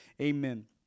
amen